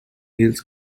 hills